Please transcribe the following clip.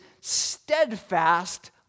steadfast